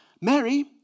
Mary